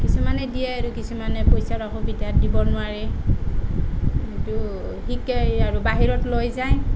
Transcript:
কিছুমানে দিয়ে আৰু কিছুমানে পইচাৰ অসুবিধাত দিব নোৱাৰে কিন্তু শিকে এই আৰু বাহিৰত লৈ যায়